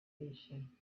conversation